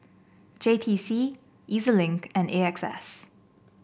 J T C E Z Link and A X S